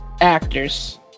actors